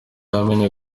yamenye